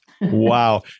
Wow